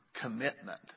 commitment